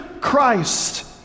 Christ